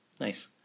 Nice